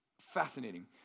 fascinating